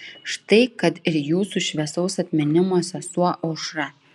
štai kad ir jūsų šviesaus atminimo sesuo aušra